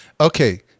Okay